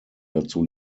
dazu